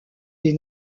des